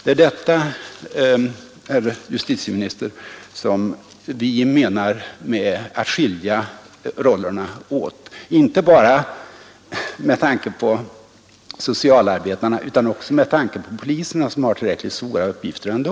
Det är detta, herr justitieminister, som vi menar med att skilja rollerna åt — inte bara med tanke på socialarbetarna och i främsta rummet klienterna utan också med tanke på poliserna, som har tillräckligt svåra uppgifter ändå.